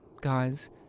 guys